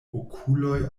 okuloj